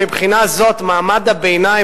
מבחינה זאת מעמד הביניים,